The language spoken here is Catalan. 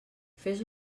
fes